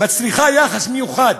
מצריכה יחס מיוחד,